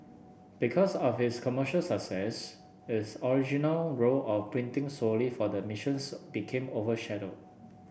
because of its commercial success its original role of printing solely for the missions became overshadowed